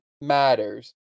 matters